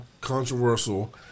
controversial